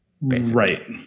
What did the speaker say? Right